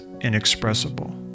inexpressible